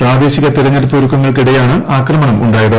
പ്രാദേശിക തെരഞ്ഞെടുപ്പ് ഒരുക്കങ്ങൾക്കിടെയാണ് ആക്രമണം ഉണ്ടായത്